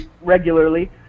regularly